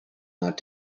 not